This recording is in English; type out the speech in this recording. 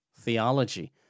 theology